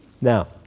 Now